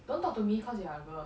don't talk to me cause you are a girl